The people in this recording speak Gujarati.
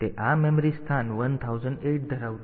તેથી તે આ મેમરી સ્થાન 1008 ધરાવતું હશે